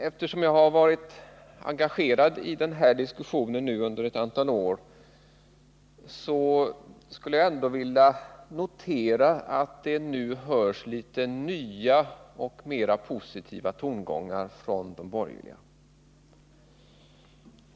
Eftersom jag har varit engagerad i denna diskussion under ett antal år, vill jag ändå notera att det nu hörs litet nya och mera positiva tongångar från de borgerliga.